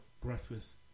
breakfast